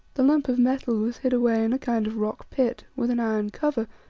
the lump of metal was hid away in a kind of rock pit, with an iron cover,